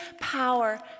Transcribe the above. power